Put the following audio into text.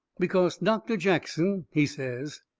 because doctor jackson, he says,